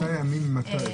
שלושה ימים ממתי?